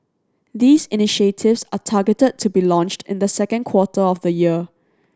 these initiatives are targeted to be launched in the second quarter of the year